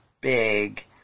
big